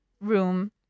room